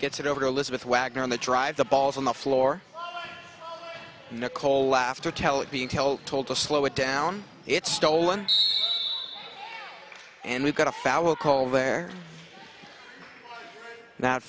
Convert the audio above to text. gets it over to elizabeth wagner on the drive the balls on the floor nicole laugh to tell it being held told to slow it down it's stolen and we've got a foul call there no